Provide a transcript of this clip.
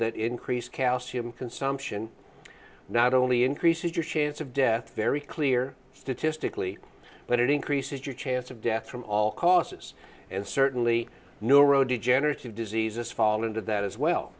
that increased calcium consumption not only increases your chance of death very clear statistically but it increases your chance of death from all causes and certainly neurodegenerative diseases fall into that as well